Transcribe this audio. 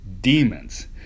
demons